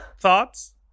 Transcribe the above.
Thoughts